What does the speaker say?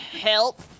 help